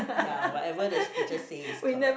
ya whatever the teacher say is correct